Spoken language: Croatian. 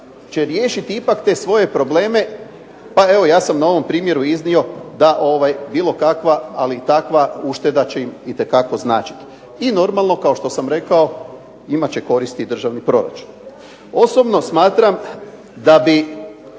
će riješiti ipak te svoje probleme. Pa evo ja sam na ovom primjeru iznio da bilo kakva ali takva ušteda će im itekako značiti. I normalno kao što sam rekao, imat će koristi i državni proračun. Osobno smatram da bi